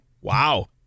Wow